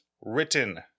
written